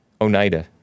Oneida